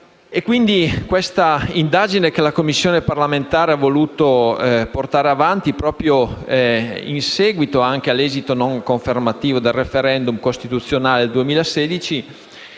Questa indagine, che la Commissione parlamentare ha voluto portare avanti proprio in seguito all'esito non confermativo del *referendum* costituzionale del 2016,